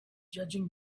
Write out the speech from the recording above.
judging